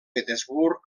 petersburg